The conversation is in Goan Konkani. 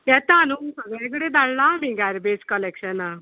येता न्हू सगळे कडे धाडला आमी गार्बेज कलेक्शनाक